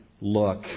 look